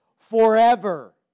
Forever